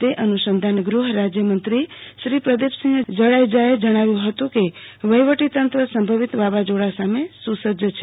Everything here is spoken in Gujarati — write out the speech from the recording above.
તે અનુસંધાને ગુહ રાજયમંત્રી શ્રી પ્રદિપસિંહ જાડેજાએ જણાવ્યું હતું કે વહીવટી તંત્ર સંભવિત વાવાઝોડા સામે સુસજજ છે